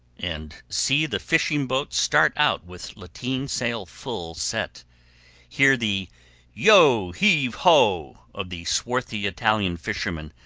and see the fishing boats start out with lateen sail full set hear the yo heave ho of the swarthy italian fishermen,